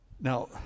Now